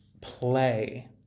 play